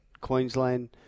Queensland